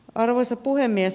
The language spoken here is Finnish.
arvoisa puhemies